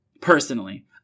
Personally